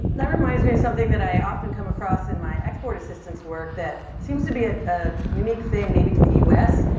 that reminds me of something that i often come across in my export assistance work that seems to be a ah unique thing maybe to the us,